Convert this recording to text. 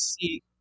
see-